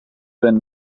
been